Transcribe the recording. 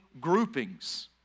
groupings